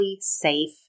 safe